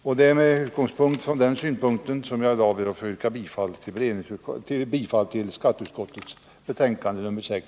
Med denna utgångspunkt yrkar jag bifall till skatteutskottets hemställan i dess betänkande nr 6.